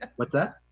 what's that?